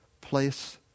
place